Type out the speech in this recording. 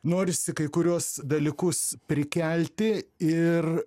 norisi kai kuriuos dalykus prikelti ir